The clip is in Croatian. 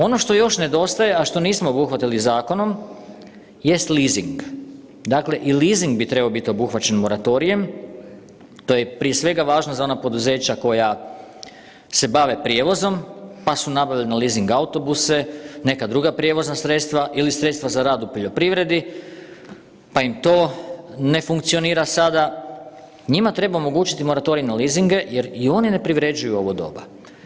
Ono što još nedostaje, a što nismo obuhvatili zakonom jest lizing, dakle i lizing bi trebao biti obuhvaćen moratorijem, to je prije svega važno za ona poduzeća koja se bave prijevozom pa su nabavili na lizing autobuse, neka druga prijevozna sredstva ili sredstva za rad u poljoprivredi pa im to ne funkcionira sada, njima treba omogućiti moratorij na lizinge jer i oni ne privređuju u ovo doba.